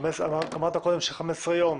אמרת קודם שחמישה עשר יום.